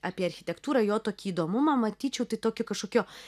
apie architektūrą jo tokį įdomumą matyčiau tai tokiu kažkokiu